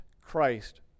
Christ